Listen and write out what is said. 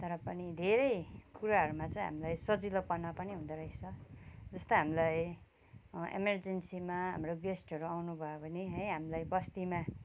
तर पनि धेरै कुराहरूमा चाहिँ हामीलाई सजिलोपना पनि हुँदो रहेछ जस्तै हामीलाई इमरजेन्सीमा हाम्रो गेस्टहरू आउनुभयो भने है हामीलाई बस्तीमा